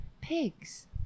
pigs